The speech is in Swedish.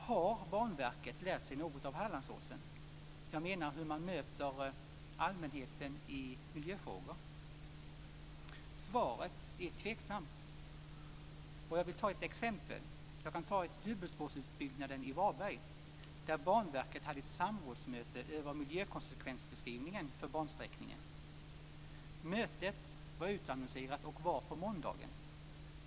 Har Banverket lärt sig något av Hallandsåsprojektet? Jag tänker på hur man bemöter allmänheten i miljöfrågor. Det är tveksamt. Jag vill som exempel ge huvudspårsutbyggnaden i Varberg, där Banverket hade ett samrådsmöte om miljökonsekvensbeskrivningen för bansträckningen. Mötet utannonserades och hölls på måndagen.